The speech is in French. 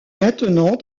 maintenant